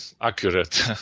accurate